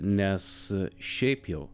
nes šiaip jau